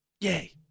Yay